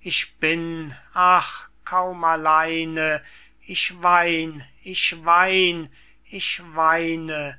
ich bin ach kaum alleine ich wein ich wein ich weine